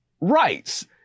rights